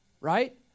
Right